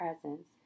presence